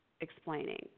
explaining